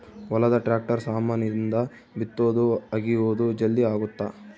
ಹೊಲದ ಟ್ರಾಕ್ಟರ್ ಸಾಮಾನ್ ಇಂದ ಬಿತ್ತೊದು ಅಗಿಯೋದು ಜಲ್ದೀ ಅಗುತ್ತ